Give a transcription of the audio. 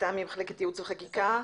ייעוץ וחקיקה,